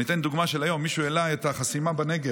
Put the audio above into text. אני אתן דוגמה מהיום: מישהו העלה את החסימה בנגב,